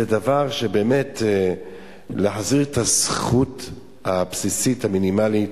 זה דבר שבאמת, להחזיר את הזכות הבסיסית המינימלית